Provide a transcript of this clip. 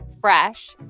Fresh